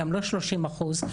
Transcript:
גם לא שלושים אחוז,